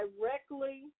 directly